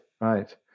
right